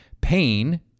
pain